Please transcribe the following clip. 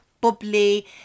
bubbly